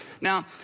Now